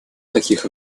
таких